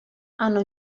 hanno